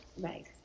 Right